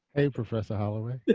hey, professor holloway.